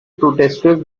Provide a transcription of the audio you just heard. protesters